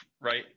right